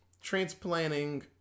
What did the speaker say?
transplanting